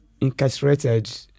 incarcerated